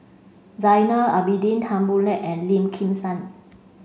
Zainal Abidin Tan Boo Liat and Lim Kim San